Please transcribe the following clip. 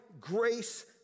grace